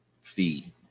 fee